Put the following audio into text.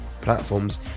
platforms